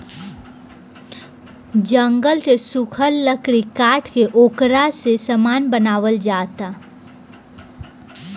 जंगल के सुखल लकड़ी काट के ओकरा से सामान बनावल जाता